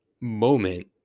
moment